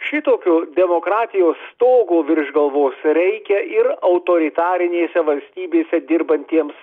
šitokio demokratijos stogo virš galvos reikia ir autoritarinėse valstybėse dirbantiems